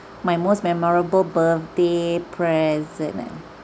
my most memorable birthday present